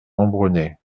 ambronay